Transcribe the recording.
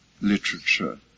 Literature